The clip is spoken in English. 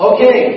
Okay